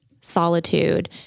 solitude